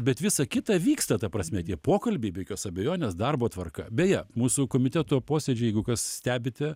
bet visa kita vyksta ta prasme tie pokalbiai be jokios abejonės darbo tvarka beje mūsų komiteto posėdžiai jeigu kas stebite